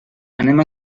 anem